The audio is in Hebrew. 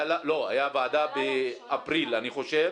לא, הייתה ועדה באפריל אני חושב